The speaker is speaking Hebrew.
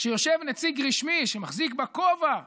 כשיושב נציג רשמי שמחזיק בכובע,